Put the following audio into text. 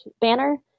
Banner